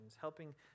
helping